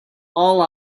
all